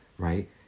Right